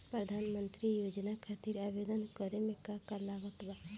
प्रधानमंत्री योजना खातिर आवेदन करे मे का का लागत बा?